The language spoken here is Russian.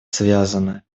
связана